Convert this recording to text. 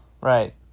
Right